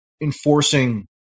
enforcing